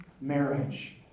marriage